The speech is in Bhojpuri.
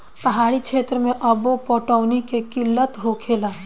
पहाड़ी क्षेत्र मे अब्बो पटौनी के किल्लत होखेला